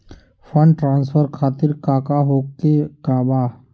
Fund transfer खातिर काका होखे का बा?